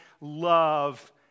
love